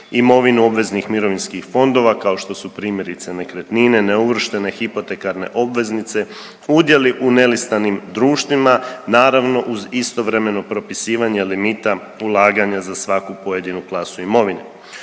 imovinu obveznih mirovinskih fondova kao što su primjerice nekretnine, neuvrštene hipotekarne obveznice, udjeli u nelistanim društvima naravno uz istovremeno propisivanje limita ulaganja za svaku pojedinu klasu imovine.